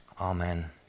Amen